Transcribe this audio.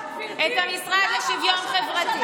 את המשרד לשוויון חברתי,